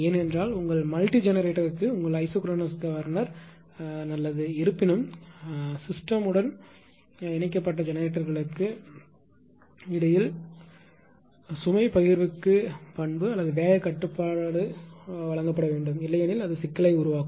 ஏனென்றால் உங்கள் மல்டி ஜெனரேட்டருக்கு உங்கள் ஐசோக்ரோனஸ் கவர்னர் நல்லது இருப்பினும் கணினியுடன் இணைக்கப்பட்ட ஜெனரேட்டர்களுக்கு இடையில் சுமை பகிர்வுக்கு பண்பு அல்லது வேக கட்டுப்பாடு வழங்கப்பட வேண்டும் இல்லையெனில் அது சிக்கலை உருவாக்கும்